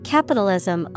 Capitalism